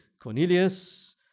Cornelius